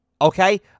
okay